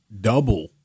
double